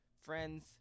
friends